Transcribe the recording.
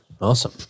awesome